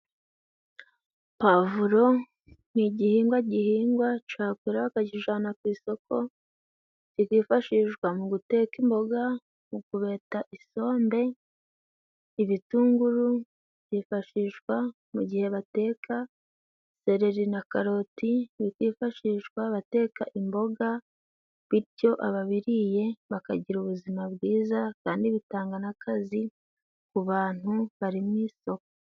Pavuro ni igihingwa gihingwa cakwera bakakijana ku isoko. Kikifashishwa mu guteka imboga, mu kubeta isombe. Ibitunguru byifashishwa mu gihe bateka seleri na karoti, bikifashishwa bateka imboga, bityo ababiriye bakagira ubuzima bwiza kandi bitanga n'akazi, ku bantu bari mu isoko.